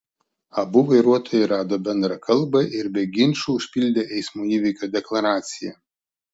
abu vairuotojai rado bendrą kalbą ir be ginčų užpildė eismo įvykio deklaraciją